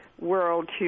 world